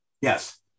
Yes